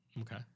Okay